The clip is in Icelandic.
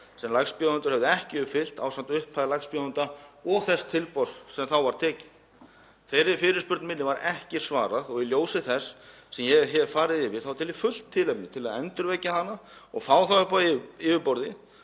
sem lægstbjóðendur hefðu ekki uppfyllt ásamt upphæð lægstbjóðanda og þess tilboðs sem þá var tekið. Þeirri fyrirspurn minni var ekki svarað og í ljósi þess sem ég hef farið yfir þá tel ég fullt tilefni til að endurvekja hana og fá þá upp á yfirborðið